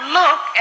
look